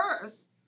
earth